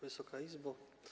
Wysoka Izbo!